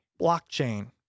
blockchain